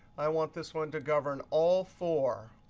i want this one to govern all four.